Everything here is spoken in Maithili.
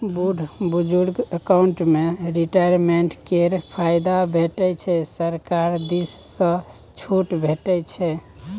बुढ़ बुजुर्ग अकाउंट मे रिटायरमेंट केर फायदा भेटै छै सरकार दिस सँ छुट भेटै छै